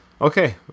Okay